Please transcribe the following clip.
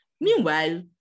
Meanwhile